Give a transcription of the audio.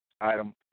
item